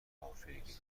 غافلگیرکننده